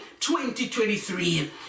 2023